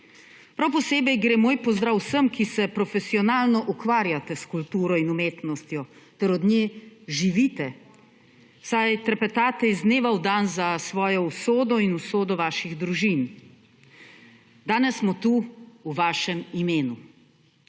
Prav posebej gre moj pozdrav vsem, ki se profesionalno ukvarjate s kulturo in umetnostjo ter od nje živite, saj trepetate iz dneva v dan za svojo usodo in usodo vaših družin. Danes smo tu v vašem imenu.